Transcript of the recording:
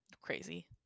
Crazy